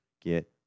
get